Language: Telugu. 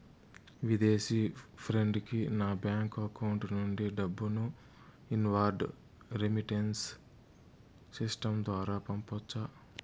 విదేశీ ఫ్రెండ్ కి నా బ్యాంకు అకౌంట్ నుండి డబ్బును ఇన్వార్డ్ రెమిట్టెన్స్ సిస్టం ద్వారా పంపొచ్చా?